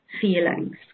feelings